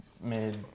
made